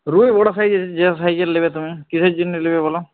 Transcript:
রুই বড়ো সাইজের আছে যেমন সাইজের নেবে তুমি কিসের জন্য নেবে বলো